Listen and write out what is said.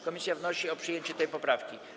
Komisja wnosi o przyjęcie tej poprawki.